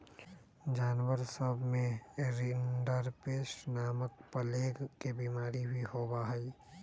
जानवर सब में रिंडरपेस्ट नामक प्लेग के बिमारी भी होबा हई